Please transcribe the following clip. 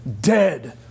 dead